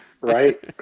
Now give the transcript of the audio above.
right